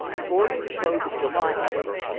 towards the close of july, however,